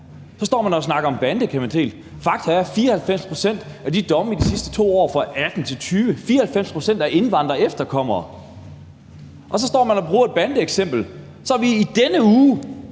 så står man og snakker om bandekriminalitet. Fakta er, at 94 pct. af de domme i de sidste 2 år, fra 2018 til 2020, var til indvandrere og efterkommere, og så står man og bruger et bandeeksempel. Så har vi i denne uge